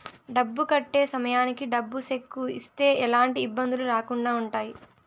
డబ్బు కట్టే సమయానికి డబ్బు సెక్కు ఇస్తే ఎలాంటి ఇబ్బందులు రాకుండా ఉంటాయి